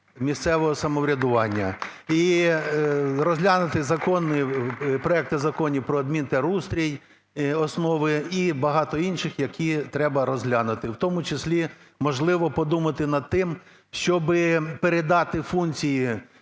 місцевого самоврядування і розглянути проекти Законів проадмінтерустрій, основи, і багато інших, які треба розглянути, в тому числі, можливо, подумати над тим, щоб передати функції